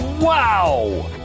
Wow